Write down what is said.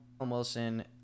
Wilson